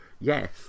yes